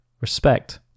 respect